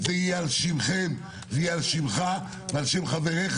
זה יהיה על שמכם, על שמך ועל שם חבריך.